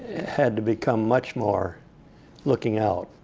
had to become much more looking out.